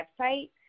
website